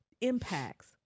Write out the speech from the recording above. impacts